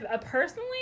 Personally